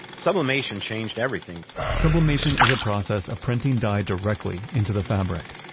sublimation changed everything sublimation is a process of printing dye directly into the fabric.